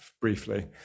briefly